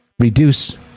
reduce